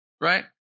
right